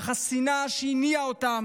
אך השנאה שהניעה אותה